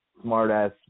smart-ass